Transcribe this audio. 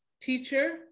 teacher